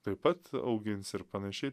taip pat augins ir panaši